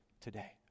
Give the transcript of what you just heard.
today